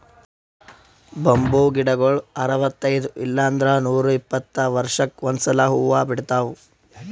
bamboo ಗಿಡಗೊಳ್ ಅರವತೈದ್ ಇಲ್ಲಂದ್ರ ನೂರಿಪ್ಪತ್ತ ವರ್ಷಕ್ಕ್ ಒಂದ್ಸಲಾ ಹೂವಾ ಬಿಡ್ತಾವ್